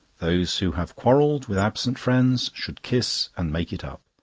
those who have quarrelled with absent friends should kiss and make it up.